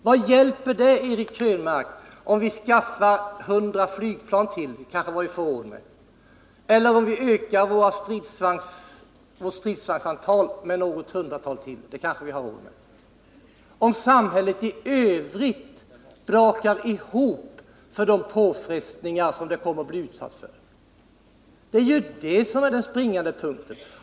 Vad hjälper det, Eric Krönmark, om vi skaffar 100 flygplan till — det är kanske vad vi får råd med — eller om vi ökar antalet stridsvagnar med något hundratal, vilket vi kanske också har råd med, om samhället i övrigt brakar ihop på grund av de påfrestningar som det kommer att bli utsatt för? Det är ju det som är den springande punkten.